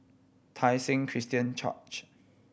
Tai Seng Christian Church